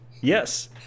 yes